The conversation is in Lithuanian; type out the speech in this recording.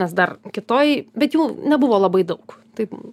nes dar kitoj bet jų nebuvo labai daug taip